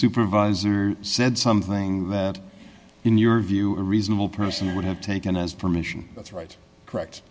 supervisor said something that in your view a reasonable person would have taken as permission that's right correct